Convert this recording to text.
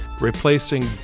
replacing